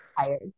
Tired